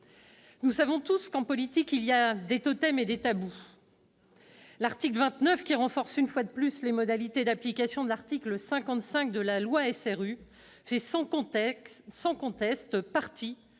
Nous le savons, en politique, il y a des totems et des tabous. L'article 29, qui vise à renforcer une fois de plus les modalités d'application de l'article 55 de la loi SRU fait sans conteste partie